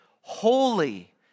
holy